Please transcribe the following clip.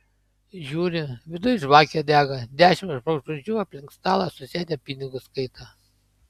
žiūri viduj žvakė dega dešimt žmogžudžių aplink stalą susėdę pinigus skaito